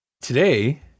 Today